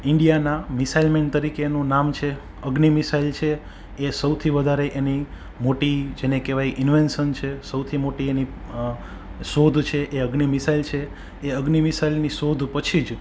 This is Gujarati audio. ઇન્ડિયાના મિસાઇલ મેન તરીકેનું નામ છે અગ્નિ મિસાઇલ છે એ સૌથી વધારે એની મોટી જેને કહેવાય ઇન્વેન્શન છે સૌથી મોટી એની શોધ છે એ અગ્નિ મિસાઇલ છે એ અગ્નિ મિસાઇલની શોધ પછી જ